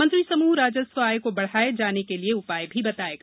मंत्री समूह राजस्व आय का बढ़ाये जाने के लिये उपाय भी बतायेगा